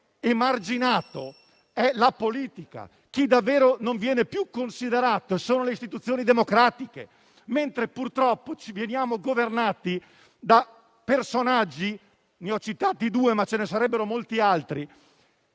emarginato è la politica e a non essere più considerate sono le Istituzioni democratiche. Purtroppo veniamo governati da personaggi - ne ho citati due, ma ce ne sarebbero molti altri